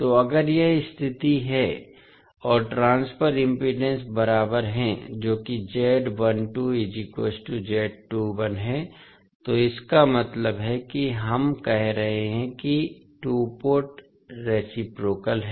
तो अगर यह स्थिति है और ट्रांसफर इम्पीडेन्स बराबर हैं जो कि है तो इसका मतलब है कि हम कह सकते हैं कि टू पोर्ट रेसिप्रोकाल है